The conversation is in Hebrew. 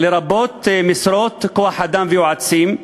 לרבות משרות כוח-אדם ויועצים,